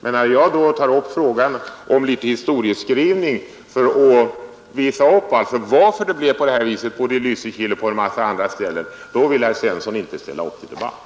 Men när jag då tar upp frågan om litet historieskrivning för att visa varför det blev på det här sättet, både i Lysekil och på en massa andra ställen, vill herr Svensson i Kungälv inte ställa upp till debatt.